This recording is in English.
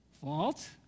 fault